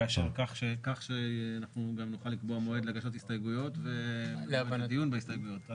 כך שאנחנו גם נוכל לקבוע מועד להגשת הסתייגויות ולדיון בהסתייגויות.